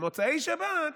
במוצאי שבת,